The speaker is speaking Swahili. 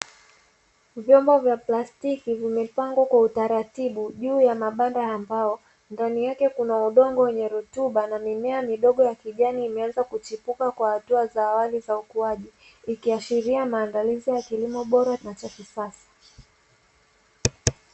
Vyombo vya plastiki vimepangwa kwa utaratibu juu ya mabanda ya mbao ndani yake kuna udongo wenye rutuba na mimea midogo ya kijani imeanza kuchipuka kwa hatua za awali za ukuaji ikiashiria maandalizi ya kilimo bora na cha kisasa.